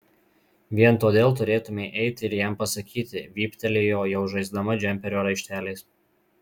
vien todėl turėtumei eiti ir jam pasakyti vyptelėjo jau žaisdama džemperio raišteliais